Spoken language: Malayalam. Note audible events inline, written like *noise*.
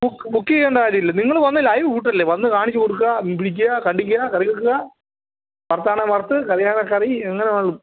കുക്ക് കുക്ക് ചെയ്യേണ്ട കാര്യം ഇല്ല നിങ്ങൾ വന്ന് ലൈവ് ഫുഡല്ലേ വന്ന് കാണിച്ച് കൊടുക്കാൻ വിളിക്കുക *unintelligible* കറി വെക്കുക വറുത്ത് ആണേ വറുത്ത് കറി ആണേ കറി എങ്ങനെ വേണേലും